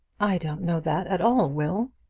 i don't know that at all, will.